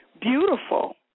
beautiful